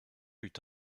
eut